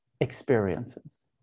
experiences